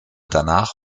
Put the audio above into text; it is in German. danach